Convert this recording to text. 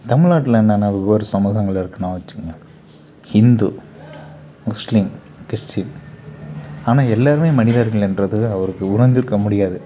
தமிழ்நாட்டில் என்னென்ன ஒவ்வொரு சமூகங்கள் இருக்குனு வச்சிக்குக்கங்க ஹிந்து முஸ்லீம் கிறிஸ்டின் ஆனால் எல்லோருமே மனிதர்கள் என்றது அவருக்கு உணர்ந்திருக்க முடியாது